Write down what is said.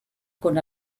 con